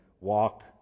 walk